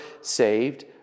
saved